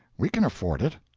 we can afford it.